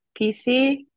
PC